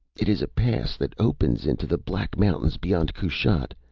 it is a pass that opens into the black mountains beyond kushat.